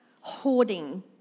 hoarding